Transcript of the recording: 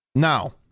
Now